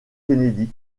kennedy